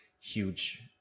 huge